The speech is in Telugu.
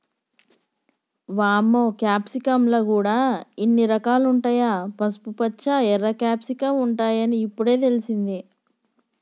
వామ్మో క్యాప్సికమ్ ల గూడా ఇన్ని రకాలుంటాయా, పసుపుపచ్చ, ఎర్ర క్యాప్సికమ్ ఉంటాయని ఇప్పుడే తెలిసింది